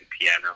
piano